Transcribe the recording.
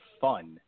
fun